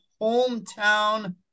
hometown